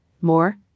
More